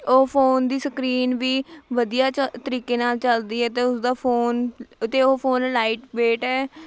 ਉਹ ਫੋਨ ਦੀ ਸਕਰੀਨ ਵੀ ਵਧੀਆ ਚੱਲ ਤਰੀਕੇ ਨਾਲ ਚੱਲਦੀ ਹੈ ਅਤੇ ਉਸਦਾ ਫੋਨ ਅਤੇ ਉਹ ਫੋਨ ਲਾਈਟਵੇਟ ਹੈ